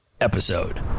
episode